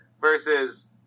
Versus